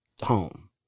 Home